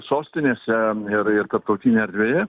sostinėse ir ir tarptautinėj erdvėje